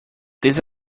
this